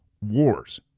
wars